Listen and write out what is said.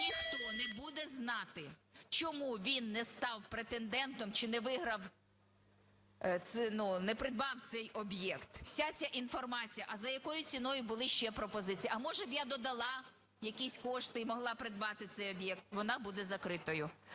Ніхто не буде знати, чому він не став претендентом чи не виграв, не придбав цей об'єкт. Вся ця інформація – а за якою ціною були ще пропозиції, а може, б я додала якісь кошти і могла придбати цей об'єкт – вона буде закритою.